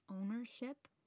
ownership